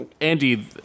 Andy